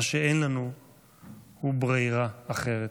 מה שאין לנו הוא ברירה אחרת.